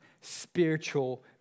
spiritual